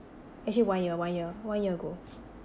actually one year one year one year ago